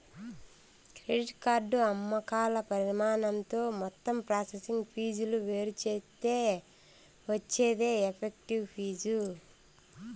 credit card అమ్మకాల పరిమాణంతో మొత్తం ప్రాసెసింగ్ ఫీజులు వేరుచేత్తే వచ్చేదే ఎఫెక్టివ్ ఫీజు